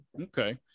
Okay